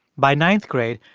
by ninth grade,